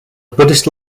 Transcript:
buddhist